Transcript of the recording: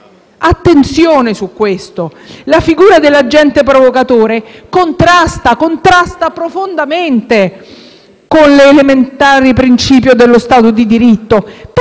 Attenzione su questo. La figura dell'agente provocatore contrasta profondamente con l'elementare principio dello Stato di diritto.